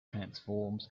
transforms